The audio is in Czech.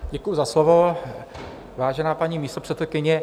Děkuji za slovo, vážená paní místopředsedkyně.